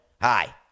hi